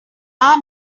our